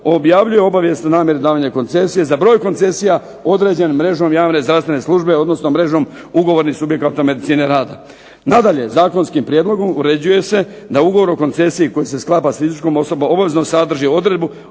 objavljuje obavijest o namjeri davanja koncesija. Za broj koncesija određen mrežom javne zdravstvene službe, odnosno mrežom ugovornih subjekata medicine rada. Nadalje. Zakonskim prijedlogom uređuje se da ugovor o koncesiji koji se sklapa sa fizičkom osobom obvezno sadrži odredbu